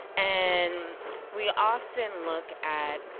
and we often look at